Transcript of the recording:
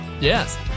yes